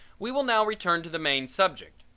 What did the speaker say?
we will now return to the main subject,